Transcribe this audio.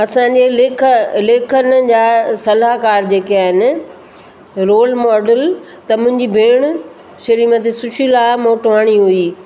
असां जे लेख लेखनि जा सलाहकार जेके आहिनि रोल मॉडल त मुंहिंजी भेणु श्रीमति सुशीला मोटवाणी हुई